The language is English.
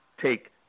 take